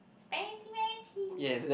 Spancy Wancy